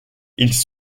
ils